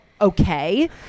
Okay